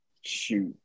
Shoot